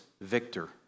victor